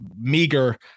meager